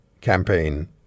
campaign